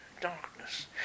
darkness